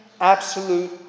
absolute